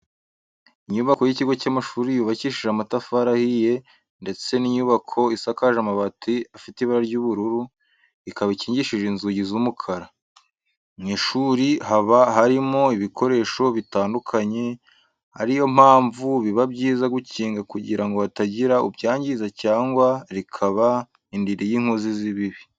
Inyubako y'ikigo cy'amashuri yubakishije amatafari ahiye ndetse iyo nyubako isakaje amabati afite ibara ry'ubururu, ikaba ikingishije inzugi z'umukara. Mu ishuri haba harimo ibikoresho bitandukanye, ari yo mpamvu biba byiza gukinga kugira ngo hatagira ubyangiza cyangwa rikaba indiri y'inkozi z'ibibi.